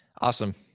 Awesome